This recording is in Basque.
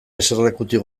eserlekutik